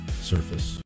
surface